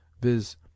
viz